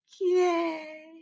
Yay